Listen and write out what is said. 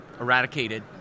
eradicated